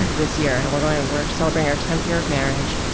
this year. and we're going, and we're celebrating our tenth year of marriage.